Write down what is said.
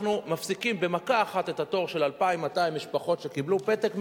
אנחנו מפסיקים במכה אחת את התור של 2,200 משפחות שקיבלו פתק מהמדינה: